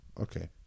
Okay